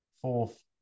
fourth